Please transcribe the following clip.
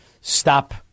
stop